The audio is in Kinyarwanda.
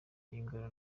y’ingoro